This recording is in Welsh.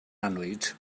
annwyd